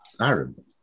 aaron